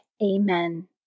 Amen